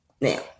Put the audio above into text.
Now